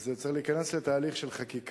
אז זה צריך להיכנס לתהליך של חקיקה.